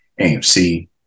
AMC